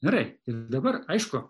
gerai ir dabar aišku